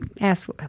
ask